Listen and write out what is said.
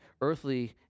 earthly